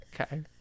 Okay